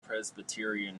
presbyterian